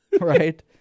Right